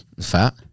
Fat